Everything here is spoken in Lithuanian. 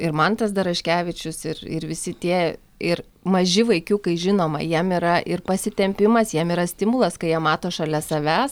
ir mantas daraškevičius ir ir visi tie ir maži vaikiukai žinoma jiem yra ir pasitempimas jiem yra stimulas kai jie mato šalia savęs